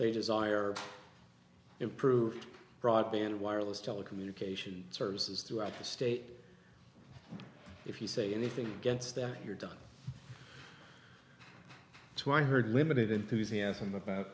they desire improved broadband wireless telecommunications services throughout the state if you say anything against them you're done to i heard limited enthusiasm about